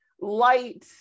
light